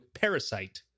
Parasite